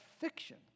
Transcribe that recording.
fiction